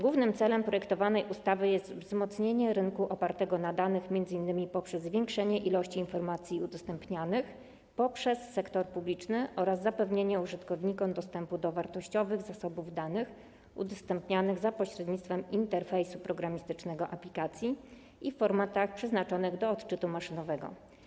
Głównym celem projektowanej ustawy jest wzmocnienie rynku opartego na danych, m.in. poprzez zwiększenie ilości informacji udostępnianych przez sektor publiczny, oraz zapewnienie użytkownikom dostępu do wartościowych zasobów danych udostępnianych za pośrednictwem interfejsu programistycznego aplikacji i w formatach przeznaczonych do odczytu maszynowego.